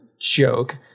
joke